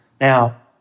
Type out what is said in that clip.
Now